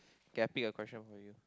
okay I pick a question for you